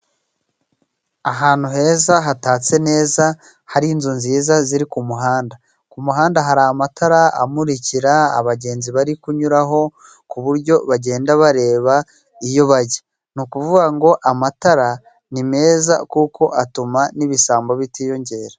Ahantu heza hatatse neza hari inzu nziza ziri ku muhanda. Ku muhanda hari amatara amurikira abagenzi bari kunyuraho, ku buryo bagenda bareba iyo bajya. Ni ukuvuga ngo amatara ni meza kuko atuma n'ibisambo bitiyongera.